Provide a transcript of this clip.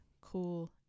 cool